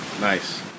Nice